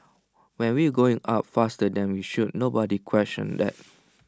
when we were going up faster than we should nobody questioned that